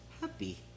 happy